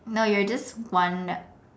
no you are just one